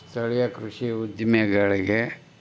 ಸ್ಥಳೀಯ ಕೃಷಿ ಉದ್ದಿಮೆಗಳಿಗೆ